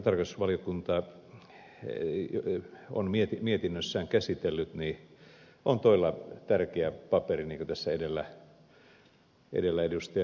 tämä valtion tilinpäätöskertomus jonka tarkastusvaliokunta on mietinnössään käsitellyt on todella tärkeä paperi niin kuin tässä edellä ed